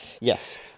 Yes